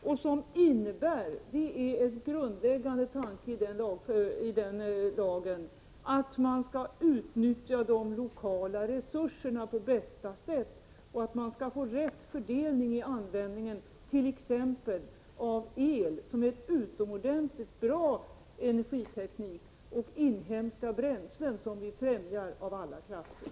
Det innebär — vilket är en grundläggande tanke ilagen — att man skall utnyttja de lokala resurserna på bästa sätt och att man skall få rätt fördelning i användningen av t.ex. el, som är ett utomordentligt bra energislag, och inhemska bränslen, som vi främjar av alla krafter.